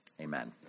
Amen